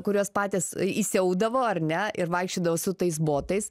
kurios patys įsiaudavo ar ne ir vaikščiodavo su tais botais